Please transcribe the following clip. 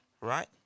right